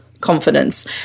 confidence